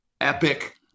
epic